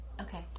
Okay